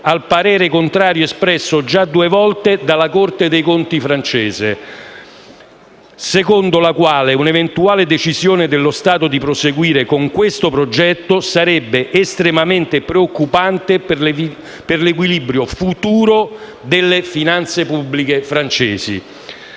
al parere contrario espresso già due volte dalla Corte dei conti francese, secondo la quale un'eventuale decisione dello Stato di proseguire con questo progetto sarebbe estremamente preoccupante per l'equilibrio futuro delle finanze pubbliche francesi.